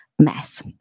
mess